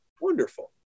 Wonderful